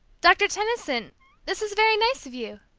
doctor tenison this is very nice of you!